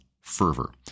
fervor